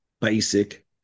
basic